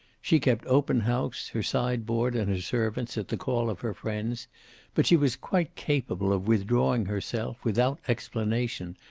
she kept open house, her side board and her servants at the call of her friends but she was quite capable of withdrawing herself, without explanation,